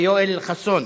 יואל חסון,